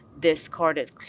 discarded